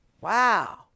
Wow